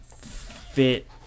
fit